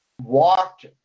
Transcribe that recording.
walked